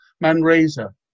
Manresa